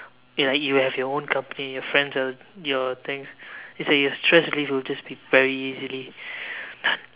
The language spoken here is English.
ya like if you have your own company your friends uh your things it's like your stress will just leave very easily